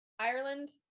Ireland